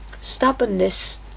Stubbornness